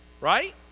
right